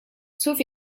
sauf